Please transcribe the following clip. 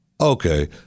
okay